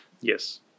Yes